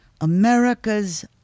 America's